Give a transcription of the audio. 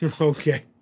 Okay